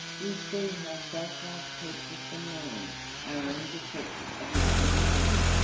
you see how self-love keeps us from knowing our own defects of mind and body.